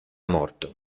morto